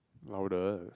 louder